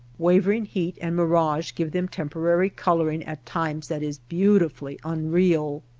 wavering heat and mirage give them temporary coloring at times that is beautifully unreal.